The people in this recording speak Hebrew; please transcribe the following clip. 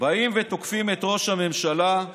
זה שתוקפים אותנו,